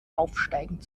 aufsteigend